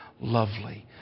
lovely